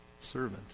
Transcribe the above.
servant